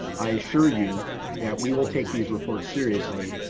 i assure you that we will take these reports seriously,